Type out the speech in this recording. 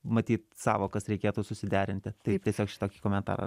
matyt sąvokas reikėtų susiderinti taip tiesiog šitokį komentarą